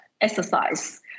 exercise